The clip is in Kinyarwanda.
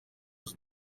dos